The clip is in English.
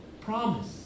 promise